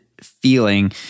feeling